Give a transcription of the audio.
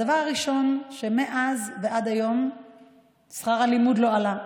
הדבר הראשון הוא שמאז ועד היום שכר הלימוד לא עלה.